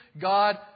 God